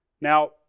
Now